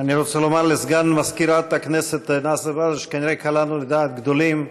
אני רוצה לומר לסגן מזכירת הכנסת נאזם בדר שכנראה קלענו לדעת גדולים,